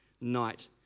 night